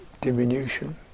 diminution